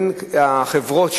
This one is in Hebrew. החברות,